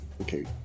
Okay